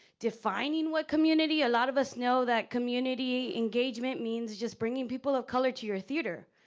defining what community, a lot of us know that community engagement means just bringing people of color to your theater.